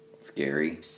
scary